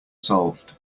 solved